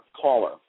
caller